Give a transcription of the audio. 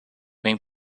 wing